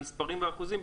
המספרים והאחוזים,